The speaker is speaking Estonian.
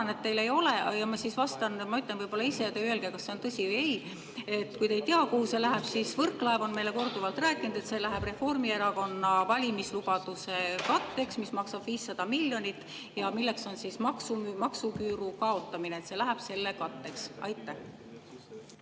et teil ei ole, ja ma ütlen võib-olla ise ja teie öelge, kas see on tõsi või ei. Kui te ei tea, kuhu see läheb, siis [võin öelda, et] Võrklaev on meile korduvalt rääkinud, et see läheb Reformierakonna valimislubaduse katteks, mis maksab 500 miljonit ja mis on maksuküüru kaotamine. See läheb selle katteks. Aitäh!